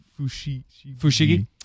Fushigi